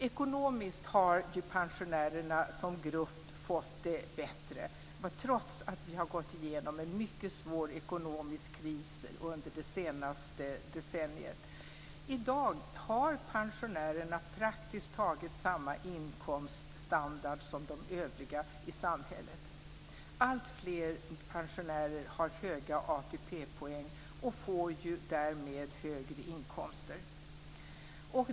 Ekonomiskt har pensionärerna som grupp fått det bättre - trots att vi har gått igenom en mycket svår ekonomisk kris under det senaste decenniet. I dag har pensionärerna praktiskt taget samma inkomststandard som övriga i samhället. Alltfler pensionärer har höga ATP-poäng och får därmed högre inkomster.